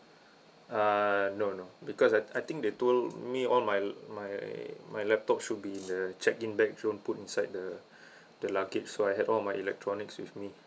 uh no no because I I think they told me all my my my laptop should be in the check in bag don't put inside the the luggage so I have all my electronics with me